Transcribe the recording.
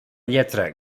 lletra